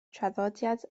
traddodiad